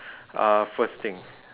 uh first thing